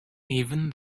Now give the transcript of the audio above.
even